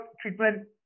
treatment